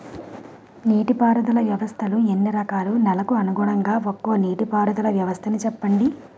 నీటి పారుదల వ్యవస్థలు ఎన్ని రకాలు? నెలకు అనుగుణంగా ఒక్కో నీటిపారుదల వ్వస్థ నీ చెప్పండి?